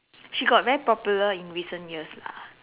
she got very popular in recent years lah